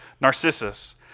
Narcissus